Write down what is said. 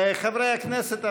חברי הכנסת,